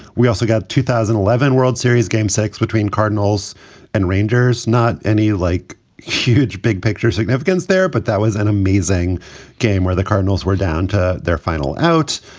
we also got two thousand and eleven world series game six between cardinals and rangers. not any like huge big picture significance there, but that was an amazing game where the cardinals were down to their final outs.